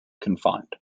confined